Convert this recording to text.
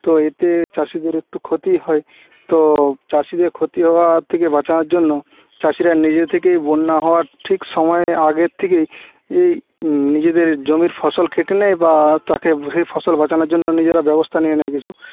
তো এতে চাষিদের একটু ক্ষতি হয় তো চাষিদের ক্ষতি হওয়া থেকে বাঁচানোর জন্য চাষিরা নিজে থেকেই বন্যা হওয়ার ঠিক সময়ে আগের থেকেই এই নিজেদের জমির ফসল কেটে নেয় বা তাকে সেই ফসল বাঁচানোর জন্য নিজেরা ব্যবস্থা নিয়ে নেয় কিছু